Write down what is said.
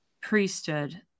priesthood